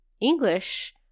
English